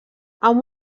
amb